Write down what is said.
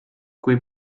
kui